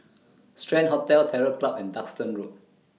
Strand Hotel Terror Club and Duxton Road